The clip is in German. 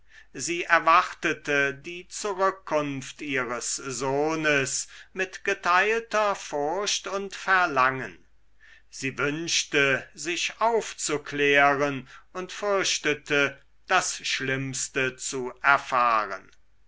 sie erwartete die zurückkunft ihres sohnes mit geteilter furcht und verlangen sie wünschte sich aufzuklären und fürchtete das schlimmste zu erfahren